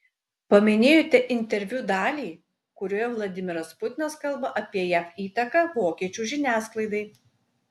paminėjote interviu dalį kurioje vladimiras putinas kalba apie jav įtaką vokiečių žiniasklaidai